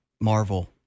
Marvel